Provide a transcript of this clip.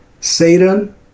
Satan